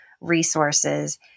resources